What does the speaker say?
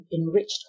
enriched